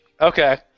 Okay